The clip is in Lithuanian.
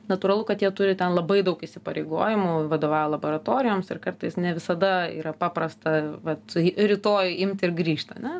natūralu kad jie turi ten labai daug įsipareigojimų vadovauja laboratorijoms ir kartais ne visada yra paprasta vat rytoj imti ir grįžt ane